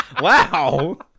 Wow